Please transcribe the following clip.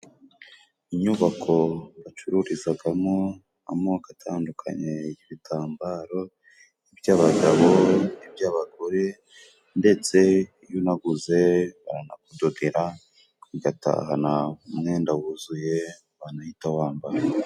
Inyubako bacururizagamo amoko atandukanye y'ibitambaro by'abagabo n'iby'abagore ndetse iyo unaguze, baranakudodera igatahana umwenda wuzuye wanahita wambara.